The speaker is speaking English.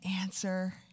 answer